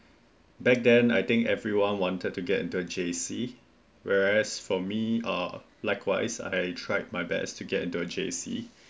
back then I think everyone wanted to get the J_C whereas for me uh likewise I tried my best to get the J_C